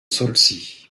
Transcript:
saulcy